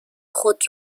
خود